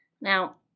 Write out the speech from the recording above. Now